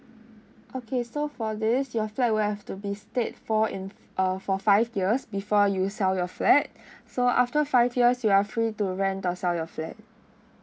okay so for this your flat will still have to be stayed for in uh for five years before you sell your flat so after five years you are free to rent or sell your flat